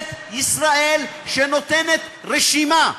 ממשלת ישראל, שנותנת רשימה,